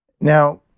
now